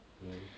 mm